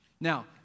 Now